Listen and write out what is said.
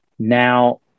Now